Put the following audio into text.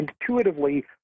intuitively